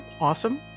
awesome